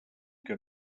que